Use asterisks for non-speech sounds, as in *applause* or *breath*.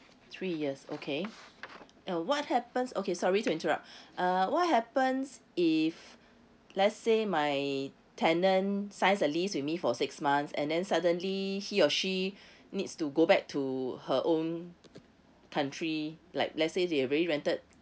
three years okay uh what happens okay sorry to interrupt *breath* uh what happens if let's say my tenant signs a lease with me for six months and then suddenly he or she *breath* needs to go back to her own country like let's say they already rented